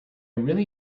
really